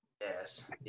Yes